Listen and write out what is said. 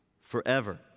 forever